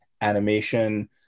animation